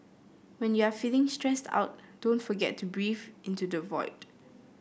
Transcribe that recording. when you are feeling stressed out don't forget to breathe into the void